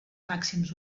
màxims